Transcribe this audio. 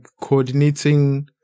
coordinating